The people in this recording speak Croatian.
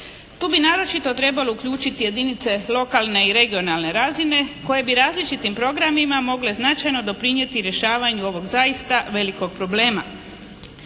Tu bi naročito trebalo uključiti jedinice lokalne i regionalne razine koje bi različitim programima mogle značajno doprinijeti rješavanju ovog zaista velikog problema.